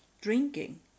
drinking